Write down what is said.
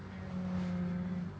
mm